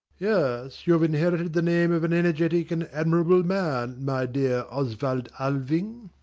yes, you have inherited the name of an energetic and admirable man, my dear oswald alving.